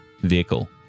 vehicle